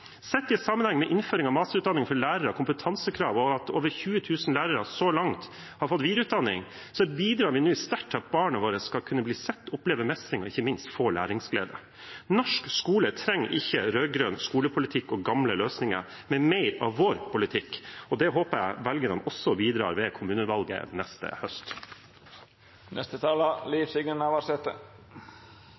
Sett i sammenheng med innføringen av masterutdanning for lærere, kompetansekrav og at over 20 000 lærere så langt har fått videreutdanning, bidrar vi nå sterkt til at barna våre skal kunne bli sett, oppleve mestring og ikke minst læringsglede. Norsk skole trenger ikke rød-grønn skolepolitikk og gamle løsninger, men mer av vår politikk, og det håper jeg velgerne også bidrar til ved kommunevalget neste